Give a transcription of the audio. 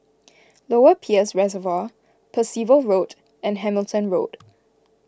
Lower Peirce Reservoir Percival Road and Hamilton Road